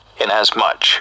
Inasmuch